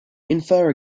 infer